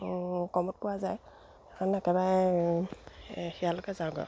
কমত পোৱা যায় সেইকাৰণে একেবাৰে সেয়ালৈকে যাওঁগৈ আৰু